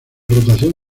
rotación